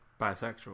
Bisexual